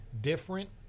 different